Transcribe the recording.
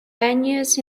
venues